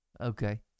Okay